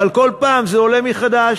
אבל כל פעם זה עולה מחדש.